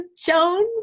Jones